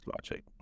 logic